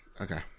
Okay